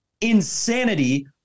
insanity